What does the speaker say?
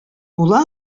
була